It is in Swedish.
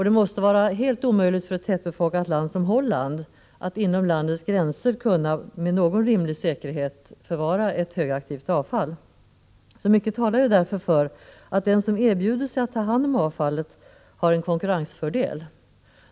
Det måste vara helt omöjligt för ett tättbefolkat land som Holland att inom landets gränser kunna med någon rimlig grad av säkerhet förvara ett högaktivt avfall. Mycket talar mot den bakgrunden för att den som erbjuder sig att ta hand om avfallet har en konkurrensfördel.